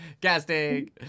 Casting